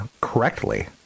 correctly